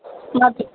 മതി